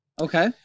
Okay